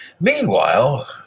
Meanwhile